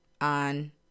on